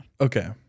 Okay